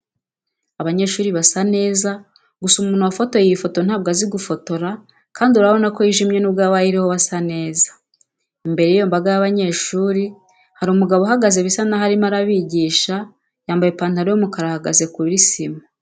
Abanyeshuri basa neza, gusa umuntu wafotoye iyi foto ntabwo azi gufotora kandi urabona ko yijimye nubwo abayiriho basa neza. Imbere y'iyo mbaga y'abanyeshuri hari umugabo uhahagaze bisa naho arimo arabigisha, yambaye ipantaro y'umukara, ahagaze kuri sima.